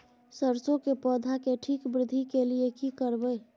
सरसो के पौधा के ठीक वृद्धि के लिये की करबै?